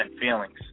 feelings